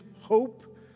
hope